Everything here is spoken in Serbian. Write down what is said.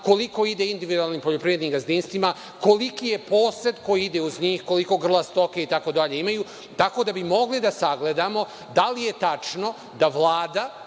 koliko ide individualnim poljoprivrednim gazdinstvima, koliki je posed koji ide uz njih, koliko grla stoke imaju itd. Tako da bi mogli da sagledamo, da li je tačno da Vlada